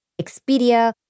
Expedia